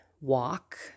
walk